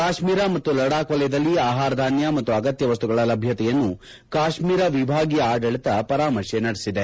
ಕಾಶ್ಟೀರ ಮತ್ತು ಲಡಾಖ್ ವಲಯದಲ್ಲಿ ಆಹಾರಧಾನ್ಯ ಮತ್ತು ಅಗತ್ಯ ವಸ್ತುಗಳ ಲಭ್ಯತೆಯನ್ನು ಕಾಶ್ಮೀರ ವಿಭಾಗೀಯ ಆಡಳಿತ ಪರಾಮರ್ಶೆ ನಡೆಸಿದೆ